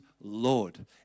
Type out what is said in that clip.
Lord